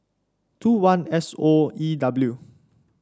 two one S O E W